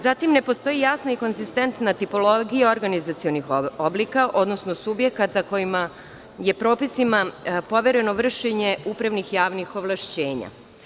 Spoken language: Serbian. Zatim, ne postoji jasna i konzistentna tipologija organizacionih oblika, odnosno subjekata kojima je propisima povereno vršenje upravnih javnih ovlašćenja.